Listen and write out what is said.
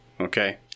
Okay